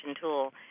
tool